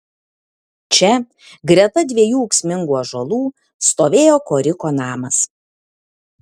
čia greta dviejų ūksmingų ąžuolų stovėjo koriko namas